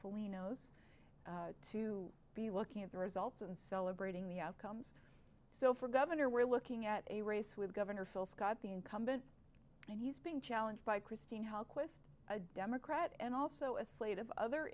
fully knows to be looking at the results and celebrating the outcomes so for governor we're looking at a race with governor phil scott the incumbent and he's being challenged by christine hall qwest a democrat and also a slate of other